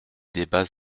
débats